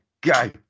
go